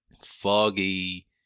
foggy